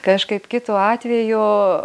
kažkaip kitu atveju